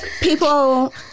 people